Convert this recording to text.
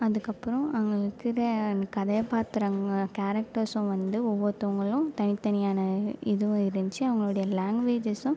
அதுக்கப்புறம் அவங்களுக்குற கதாபாத்திரங்கள் கேரக்டர்ஸும் வந்து ஒவ்வொருத்தவங்களும் தனித்தனியான இதுவும் இருந்துச்சி அவங்களுடைய லாங்குவேஜேஸும்